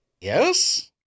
Yes